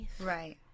Right